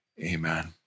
Amen